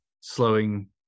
slowing